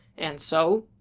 and, so.